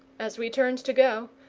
as we turned to go,